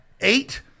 eight